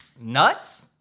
Nuts